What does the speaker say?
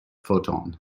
photon